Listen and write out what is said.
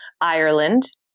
Ireland